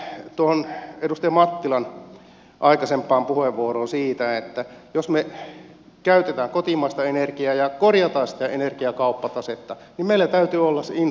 palaan vielä edustaja mattilan aikaisempaan puheenvuoroon siitä että jos me käytämme kotimaista energiaa ja korjaamme sitä energiakauppatasetta niin meillä täytyy olla se infra kunnossa